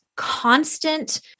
constant